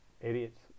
idiots